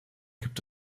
gibt